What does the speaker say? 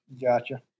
Gotcha